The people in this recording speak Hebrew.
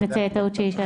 בבקשה.